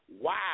wow